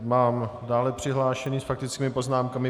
Mám dále přihlášené s faktickými poznámkami.